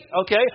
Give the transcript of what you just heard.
Okay